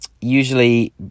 Usually